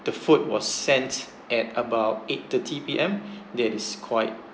the food was sent at about eight thirty P_M that is quite